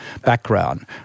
background